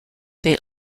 they